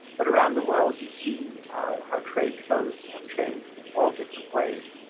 but around the world, you see how trade flows have changed in all different ways,